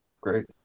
great